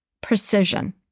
precision